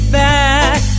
back